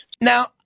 Now